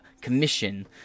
commission